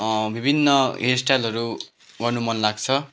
विभिन्न हेयर स्टाइलहरू गर्नु मन लाग्छ